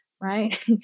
right